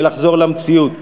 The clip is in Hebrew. ולחזור למציאות.